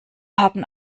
haben